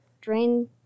Drain